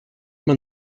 man